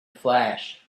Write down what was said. flash